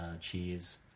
Cheese